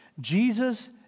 Jesus